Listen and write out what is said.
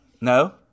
No